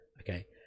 Okay